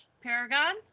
Paragon